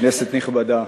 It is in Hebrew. כנסת נכבדה,